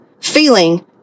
feeling